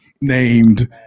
named